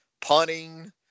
punting